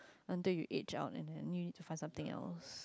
until you age out and then you need to find something else